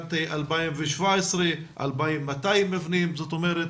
בשנת 2017, 2,200 מבנים, זאת אומרת